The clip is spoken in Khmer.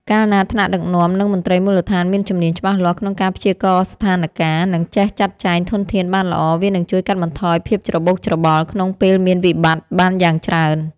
កាលណាថ្នាក់ដឹកនាំ និងមន្ត្រីមូលដ្ឋានមានជំនាញច្បាស់លាស់ក្នុងការព្យាករណ៍ស្ថានការណ៍ និងចេះចាត់ចែងធនធានបានល្អ វានឹងជួយកាត់បន្ថយភាពច្របូកច្របល់ក្នុងពេលមានវិបត្តិបានយ៉ាងច្រើន។